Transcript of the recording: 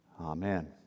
Amen